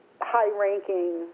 high-ranking